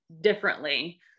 differently